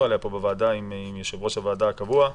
עליה פה בוועדה עם יושב-ראש הוועדה הקבוע.